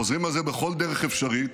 חוזרים על זה בכל דרך אפשרית,